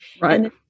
Right